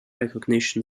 recognition